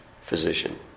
physician